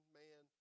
man